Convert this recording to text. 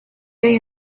day